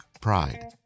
pride